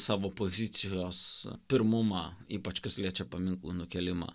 savo pozicijos pirmumą ypač kas liečia paminklų nukėlimą